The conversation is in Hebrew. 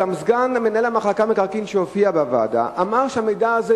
גם סגן מנהל המחלקה למקרקעין שהופיע בוועדה אמר שהמידע הזה,